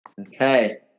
Okay